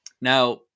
now